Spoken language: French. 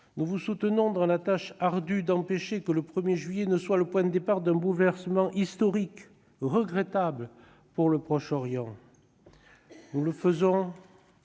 Nous vous soutenons dans la tâche ardue d'empêcher que le 1 juillet ne soit le point de départ d'un bouleversement historique, regrettable, pour le Proche-Orient. Nous le faisons